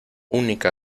única